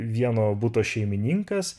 vieno buto šeimininkas